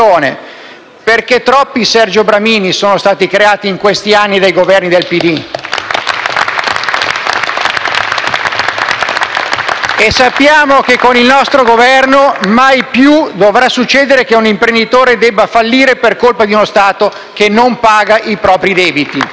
perché troppi Sergio Bramini sono stati creati in questi anni dai Governi del PD. *(Applausi dai Gruppi L-SP e M5S).*Sappiamo che con il nostro Governo mai più dovrà succedere che un imprenditore debba fallire per colpa di uno Stato che non paga i propri debiti.